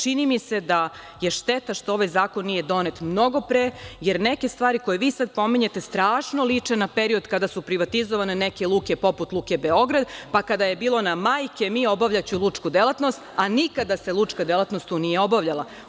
Čini mi se da je šteta što ovaj zakon nije donet mnogo pre, jer neke stvari koje vi sad pominjete strašno liče na period kada su privatizovane neke luke poput Luke Beograd, pa kada je bilo na – majke mi, obavljaću lučku delatnost, a nikada se lučka delatnost tu nije obavljala.